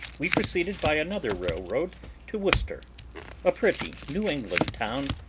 we proceeded by another railroad to worcester a pretty new england town,